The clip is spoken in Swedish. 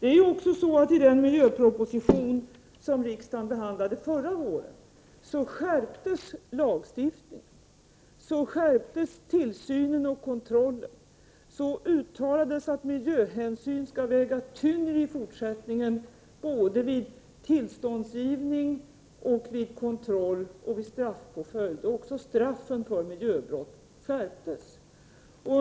I och med den miljöproposition som riksdagen behandlade förra året skärptes lagstiftningen, tillsynen och kontrollen, och det uttalades att miljöhänsyn i fortsättningen skall väga tyngre både vid tillståndsgivning, kontroll och val av straffpåföljd. Straffen för miljöbrott skärptes också.